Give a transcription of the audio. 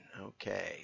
Okay